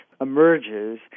emerges